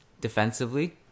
defensively